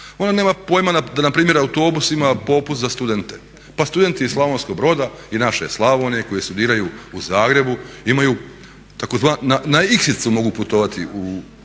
ona nema pojma da npr. autobus ima popust za studente pa studenti iz Slavonskog Broda i naše Slavonije koji studiraju u Zagrebu imaju, na iksicu mogu putovati,